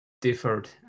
differed